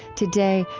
today,